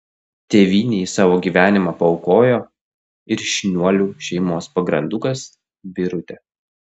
tėvynei savo gyvenimą paaukojo ir šniuolių šeimos pagrandukas birutė